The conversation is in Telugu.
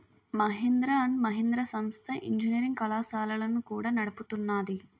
మహీంద్ర అండ్ మహీంద్ర సంస్థ ఇంజనీరింగ్ కళాశాలలను కూడా నడుపుతున్నాది